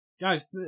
guys